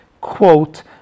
quote